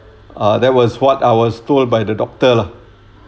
ah that was what I was told by the doctor lah